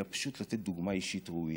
אלא פשוט לתת דוגמה אישית ראויה.